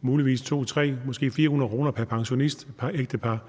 muligvis 200, 300 eller måske 400 kr. pr. pensionist eller ægtepar.